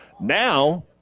now